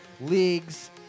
leagues